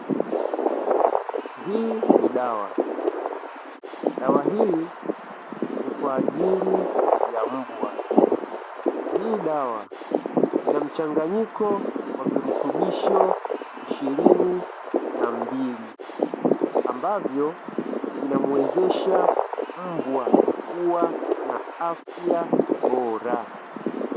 Hii ni dawa. Dawa hii ni kwa ajili ya mbwa. Hii dawa ina mchanganyiko wa virutubisho ishirini na mbili ambavyo vinamuwezesha mbwa kuwa na afya bora.